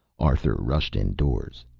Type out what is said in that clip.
arthur rushed indoors.